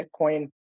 Bitcoin